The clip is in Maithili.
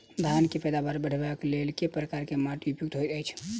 धान केँ पैदावार बढ़बई केँ लेल केँ प्रकार केँ माटि उपयुक्त होइत अछि?